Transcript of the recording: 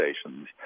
stations